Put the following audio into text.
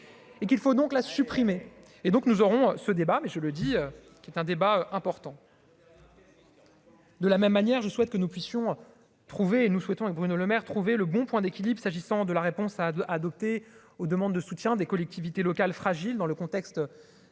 et qu'il faut donc la supprimer et donc nous aurons ce débat mais je le dis, qui est un débat important. La. De la même manière, je souhaite que nous puissions trouver et nous souhaitons et Bruno Lemaire, trouver le bon point d'équilibre, s'agissant de la réponse à adopter aux demandes de soutien des collectivités locales fragile dans le contexte